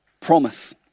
promise